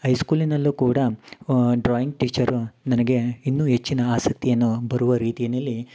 I ಸ್ಕೂಲಿನಲ್ಲೂ ಕೂಡ drawing teacher ನನಗೆ ಇನ್ನು ಹೆಚ್ಚಿನ ಆಸಕ್ತಿಯನು ಬರುವ ರೀತಿಯಲಿ